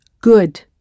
Good